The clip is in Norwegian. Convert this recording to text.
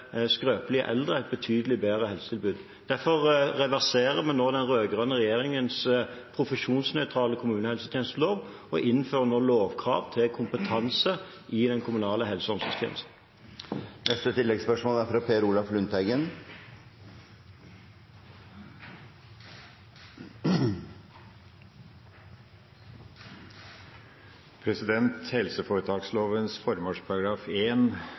skrøpelige eldre et betydelig bedre helsetilbud. Derfor reverserer vi nå den rød-grønne regjeringens profesjonsnøytrale kommunehelsetjenestelov og innfører lovkrav til kompetanse i den kommunale helse- og omsorgstjenesten. Per Olaf Lundteigen – til oppfølgingsspørsmål. Helseforetakslovens formålsparagraf,